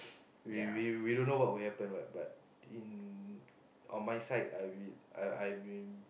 we we we don't know what will happen right but in on my side I I I've been